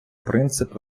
принцип